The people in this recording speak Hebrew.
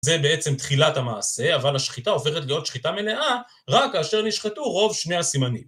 זה בעצם תחילת המעשה, אבל השחיטה עוברת להיות שחיטה מלאה, רק כאשר נשחטו רוב שני הסימנים.